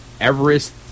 Everest